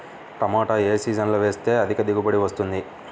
టమాటా ఏ సీజన్లో వేస్తే అధిక దిగుబడి వస్తుంది?